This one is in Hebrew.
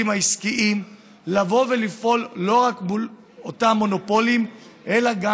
העסקיים לבוא ולפעול לא רק מול אותם מונופולים אלא גם